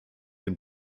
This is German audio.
dem